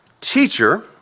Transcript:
Teacher